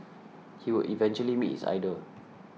he would eventually meet his idol